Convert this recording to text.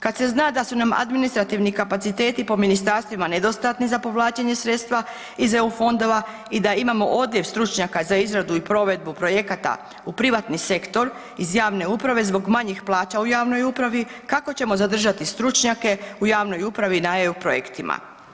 Kad se zna da su nam administrativni kapaciteti po ministarstvima nedostatni za povlačenje sredstva iz EU fondova i da imamo odljev stručnjaka za izradu i provedbu projekata u privatni sektor iz javne uprave zbog manjih plaća u javnoj upravi, kako ćemo zadržati stručnjake u javnoj upravi i na EU projektima?